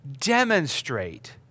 demonstrate